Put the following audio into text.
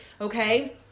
okay